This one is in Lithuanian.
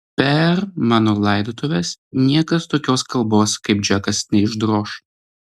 per mano laidotuves niekas tokios kalbos kaip džekas neišdroš